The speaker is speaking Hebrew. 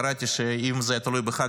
קראתי שאם זה היה תלוי בך,